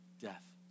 Death